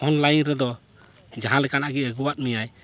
online ᱨᱮᱫᱚ ᱡᱟᱦᱟᱸ ᱞᱮᱠᱟᱱᱟᱜ ᱜᱮ ᱟ ᱜᱩᱣᱟᱫ ᱢᱮᱭᱟᱭ